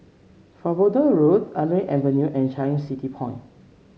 Farnborough Road Artillery Avenue and Changi City Point